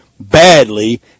badly